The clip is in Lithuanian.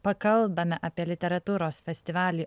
pakalbame apie literatūros festivalį